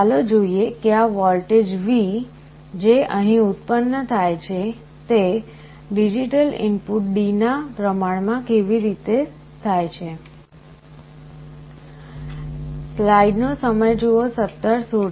ચાલો જોઈએ કે આ વોલ્ટેજ V જે અહીં ઉત્પન્ન થાય છે તે ડિજિટલ ઇનપુટ D ના પ્રમાણમાં કેવી રીતે થાય છે